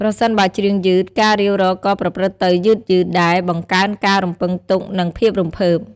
ប្រសិនបើច្រៀងយឺត ការរាវរកក៏ប្រព្រឹត្តទៅយឺតៗ ដែលបង្កើនការរំពឹងទុក និងភាពរំភើប។